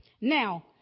Now